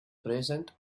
present